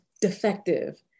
defective